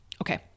Okay